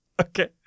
Okay